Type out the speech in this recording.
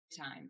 time